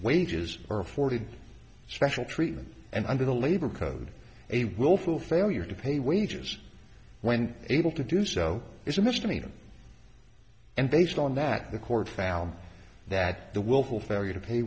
wages are afforded special treatment and under the labor code a willful failure to pay wages when able to do so is a misdemeanor and based on that the court found that the